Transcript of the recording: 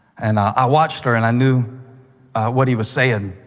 and i i watched her, and i knew what he was saying.